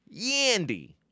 Yandy